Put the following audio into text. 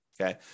okay